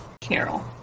Carol